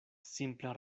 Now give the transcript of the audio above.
simpla